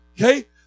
Okay